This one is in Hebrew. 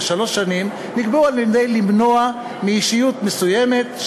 או שלוש שנים נקבעו כדי למנוע מאישיות מסוימת,